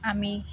আমি